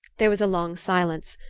there was a long silence,